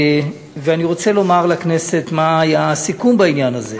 ואני רוצה לומר לכנסת מה היה הסיכום בעניין הזה.